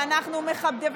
שאנחנו מכבדים,